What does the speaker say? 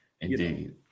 Indeed